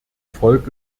volk